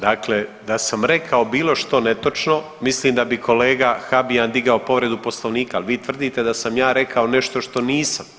Dakle, da sam rekao bilo što netočno mislim da bi kolega Habijan digao povredu Poslovnika, ali vi tvrdite da sam ja rekao nešto što nisam.